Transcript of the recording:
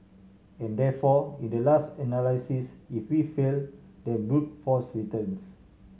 and therefore in the last analysis if we fail then brute force returns